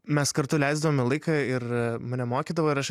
mes kartu leisdavome laiką ir mane mokydavo ir aš